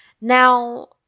Now